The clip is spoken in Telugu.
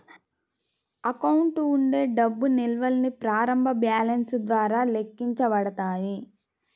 అకౌంట్ ఉండే డబ్బు నిల్వల్ని ప్రారంభ బ్యాలెన్స్ ద్వారా లెక్కించబడతాయి